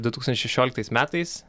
du tūkstančiai šešioliktais metais